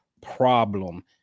problem